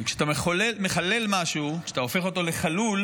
וכשאתה מחלל משהו, כשאתה הופך אותו לחלול,